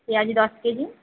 পেয়াজ দশ কেজি